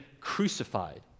crucified